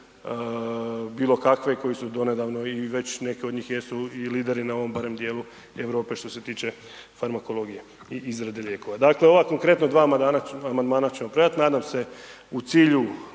bilo kakve koji su donedavno i već neke od njih jesu i lideri, na ovom barem dijelu Europe, što se tiče farmakologije i izrade lijekova. Dakle, ova konkretno 2 amandmana ćemo predati, nadam se u cilju